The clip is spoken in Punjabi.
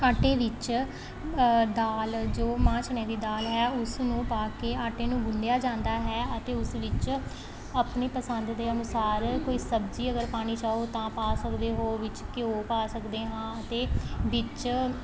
ਆਟੇ ਵਿੱਚ ਦਾਲ ਜੋ ਮਾਂਹ ਚਨੇ ਦੀ ਦਾਲ ਹੈ ਉਸ ਨੂੰ ਪਾ ਕੇ ਆਟੇ ਨੂੰ ਗੁੰਨਿਆ ਜਾਂਦਾ ਹੈ ਅਤੇ ਉਸ ਵਿੱਚ ਆਪਣੀ ਪਸੰਦ ਦੇ ਅਨੁਸਾਰ ਕੋਈ ਸਬਜ਼ੀ ਅਗਰ ਪਾਉਣੀ ਚਾਹੋ ਤਾਂ ਪਾ ਸਕਦੇ ਹੋ ਵਿੱਚ ਘਿਓ ਪਾ ਸਕਦੇ ਹਾਂ ਅਤੇ ਵਿੱਚ